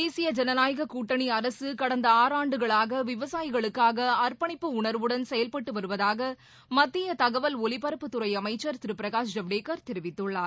தேசிய ஜனநாயக கூட்டணி அரசு கடந்த ஆறாண்டுகளாக விவசாயிகளுக்காக அர்ப்பணிப்பு உணர்வுடன் செயல்பட்டு வருவதாக மத்திய தகவல் ஒலிபரப்புத் துறை அமைச்சர் திரு பிரகாஷ் ஜவ்டேகர் தெரிவித்துள்ளார்